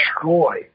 destroy